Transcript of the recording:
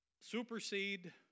supersede